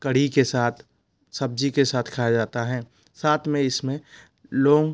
कढ़ी के साथ सब्जी के साथ खाया जाता हैं साथ में इसमें लौंग